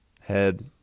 Head